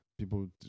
people